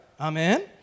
Amen